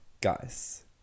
Guys